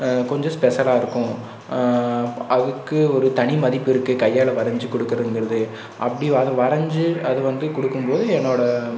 கொஞ்சம் ஸ்பெஷலாக இருக்கும் அதுக்கு ஒரு தனிமதிப்பு இருக்குது கையால் வரைஞ்சி கொடுக்கறதுங்கிறது அப்படி அது வரைஞ்சி அது வந்து கொடுக்கும்போது என்னோடய